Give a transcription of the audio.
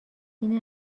این